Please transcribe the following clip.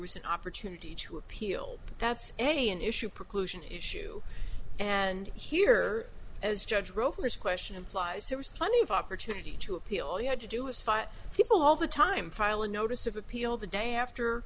was an opportunity to appeal that's a an issue preclusion issue and here as judge rover's question implies there was plenty of opportunity to appeal had to do is fire people all the time file a notice of appeal the day after